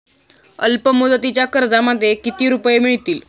अल्पमुदतीच्या कर्जामध्ये किती रुपये मिळतील?